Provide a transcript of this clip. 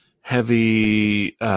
heavy